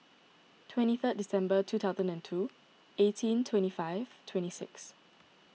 twenty third December two thousand and two eighteen twenty five twenty six